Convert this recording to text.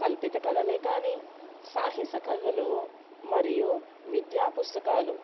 కల్పిత కథలే కానీ సాహిస కథలు మరియు విద్యాపుస్తకాలు